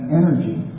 energy